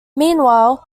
meanwhile